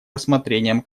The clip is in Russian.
рассмотрением